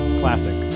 classic